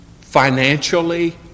financially